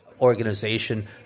organization